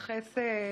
להצבעה.